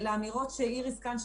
העסקים, אנחנו